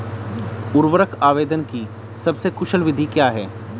उर्वरक आवेदन की सबसे कुशल विधि क्या है?